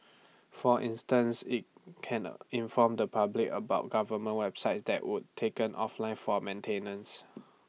for instance IT can A inform the public about government websites that would taken offline for maintenance